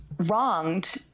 Wronged